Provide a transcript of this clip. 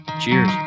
Cheers